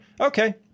Okay